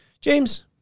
James